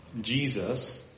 Jesus